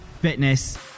fitness